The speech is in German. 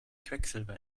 quecksilber